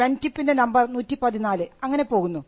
pen ടിപ്പിൻറെ number 114 അങ്ങനെ പോകുന്നു